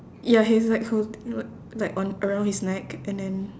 ya he's like hold~ like like on around his neck and then